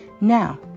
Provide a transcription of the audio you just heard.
Now